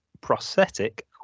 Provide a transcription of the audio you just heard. Prosthetic